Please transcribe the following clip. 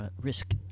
risk